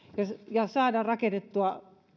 ja saada rakennettua